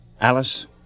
Alice